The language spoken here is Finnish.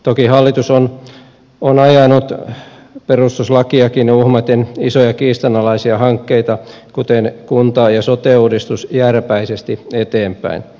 toki hallitus on ajanut perustuslakiakin uhmaten isoja kiistanalaisia hankkeita kuten kunta ja sote uudistusta jääräpäisesti eteenpäin